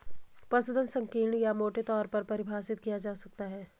पशुधन संकीर्ण या मोटे तौर पर परिभाषित किया जा सकता है